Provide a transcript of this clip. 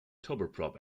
turboprop